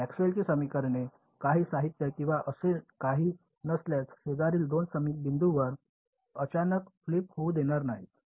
मॅक्सवेलची समीकरणे काही साहित्य किंवा असे काही नसल्यास शेजारील 2 समीप बिंदूंवर अचानक फ्लिप होऊ देणार नाहीत